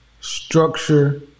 structure